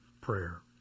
prayer